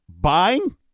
buying